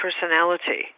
personality